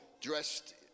dressed